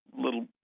little